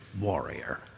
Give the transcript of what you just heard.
warrior